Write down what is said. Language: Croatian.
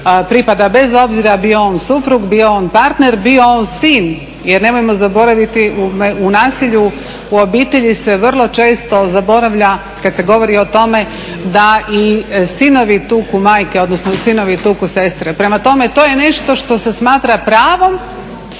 pripada bez obzira bio on suprug, bio on partner, bio on sin jer nemojmo zaboraviti u nasilju u obitelji se vrlo često zaboravlja, kad se govori o tome, da i sinovi tuku majke, odnosno sinovi tuku sestre. Prema tome, to je nešto što se smatra pravom